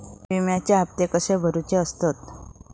विम्याचे हप्ते कसे भरुचे असतत?